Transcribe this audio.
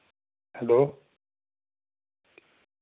hello